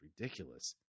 ridiculous